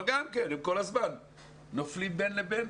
אבל גם הם כל הזמן נופלים בין לבין.